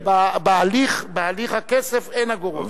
בהליך הכסף אין אגורות.